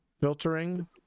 filtering